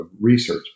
research